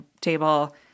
table